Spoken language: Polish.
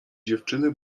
dziewczycy